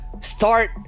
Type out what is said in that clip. start